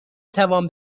توان